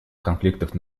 конфликтов